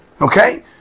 Okay